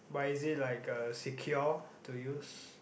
but is it like uh secure to use